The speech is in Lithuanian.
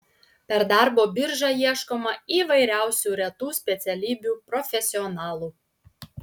per darbo biržą ieškoma įvairiausių retų specialybių profesionalų